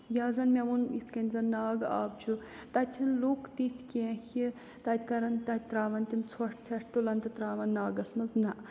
یا زن مےٚ ووٚن یِتھ کٔنۍ زَن ناگ آب چھُ تَتہِ چھِنہٕ لُکھ تِتھۍ کیٚنٛہہ کہِ تَتہِ کَرَن تَتہِ ترٛاوَن تِم ژھۄٹھ ژھٮ۪ٹھ تُلن تہٕ ترٛاوَن ناگَس منٛز نہ